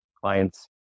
clients